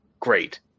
Great